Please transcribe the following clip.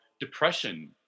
depression